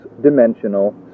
dimensional